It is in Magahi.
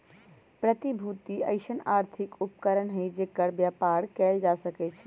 प्रतिभूति अइसँन आर्थिक उपकरण हइ जेकर बेपार कएल जा सकै छइ